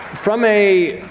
from a